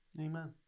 Amen